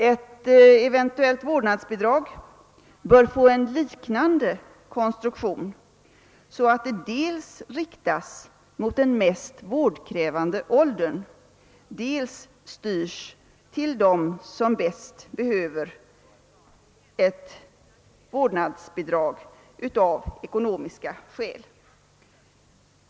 Ett eventuellt vårdnadsbidrag bör få en liknande konstruktion, så att det dels riktas mot den mest vårdkrävande åldern, dels styrs till dem som av ekonomiska skäl bäst behöver ett vårdnadsbidrag.